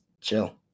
chill